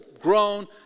grown